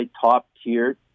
top-tier